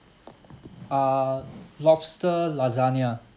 uh lobster lasagna